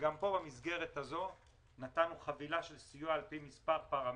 גם במסגרת הזאת נתנו חבילה של סיוע על פי מספר פרמטרים,